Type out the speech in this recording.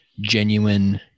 genuine